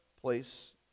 place